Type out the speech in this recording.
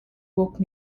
woke